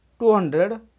200